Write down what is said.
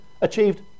achieved